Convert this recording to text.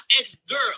ex-girl